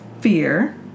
fear